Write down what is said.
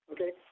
Okay